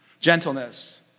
Gentleness